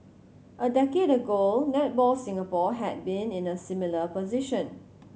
a decade ago Netball Singapore had been in a similar position